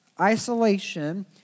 Isolation